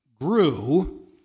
grew